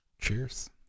Cheers